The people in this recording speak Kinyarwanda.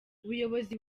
ubuyobozi